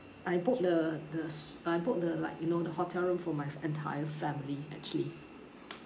I booked the the su~ I booked the like you know the hotel room for my f~ entire family actually